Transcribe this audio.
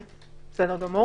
תודה.